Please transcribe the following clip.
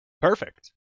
Perfect